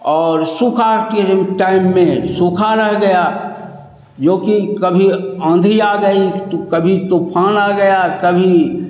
और सूखे के टाइम में सूखा रह गया जोकि कभी आँधी आ गई तो कभी तूफ़ान आ गया कभी